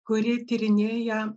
kuri tyrinėja